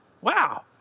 wow